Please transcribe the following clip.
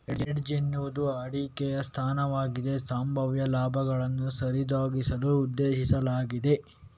hedge ಎನ್ನುವುದು ಹೂಡಿಕೆಯ ಸ್ಥಾನವಾಗಿದ್ದು, ಸಂಭಾವ್ಯ ಲಾಭಗಳನ್ನು ಸರಿದೂಗಿಸಲು ಉದ್ದೇಶಿಸಲಾಗಿದೆ